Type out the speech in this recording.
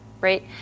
right